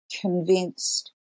convinced